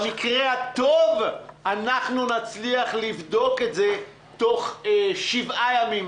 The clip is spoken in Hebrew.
במקרה הטוב אנחנו נצליח לבדוק את זה בתוך שבעה ימים,